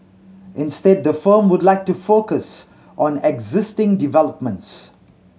instead the firm would like to focus on existing developments